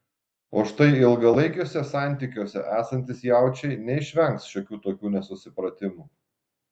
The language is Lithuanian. o štai ilgalaikiuose santykiuose esantys jaučiai neišvengs šiokių tokių nesusipratimų